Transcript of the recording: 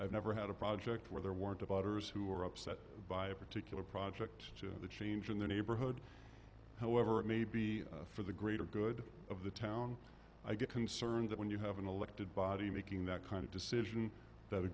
i've never had a project where there weren't a voters who are upset by a particular project the change in the neighborhood however it may be for the greater good of the town i get concerned that when you have an elected body making that kind of decision that a